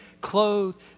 clothed